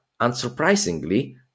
unsurprisingly